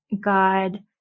God